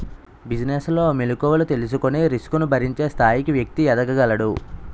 business లో మెలుకువలు తెలుసుకొని రిస్క్ ను భరించే స్థాయికి వ్యక్తి ఎదగగలడు